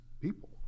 people